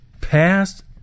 past